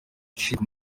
ishinzwe